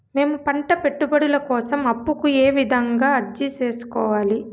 మేము పంట పెట్టుబడుల కోసం అప్పు కు ఏ విధంగా అర్జీ సేసుకోవాలి?